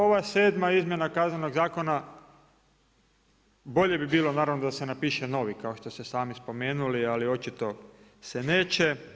Ova 7. izmjena Kaznenog zakona bolje bi bilo naravno da se napiše novi, kao što ste i sami spomenuli, ali očito se neće.